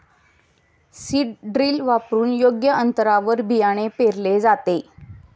seed drill वापरून योग्य अंतरावर बियाणे पेरले जाते